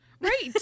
Right